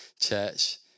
church